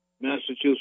Massachusetts